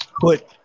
put